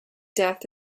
death